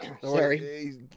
Sorry